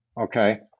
okay